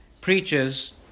preaches